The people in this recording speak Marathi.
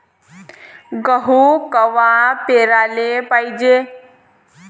गहू कवा पेराले पायजे?